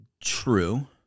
True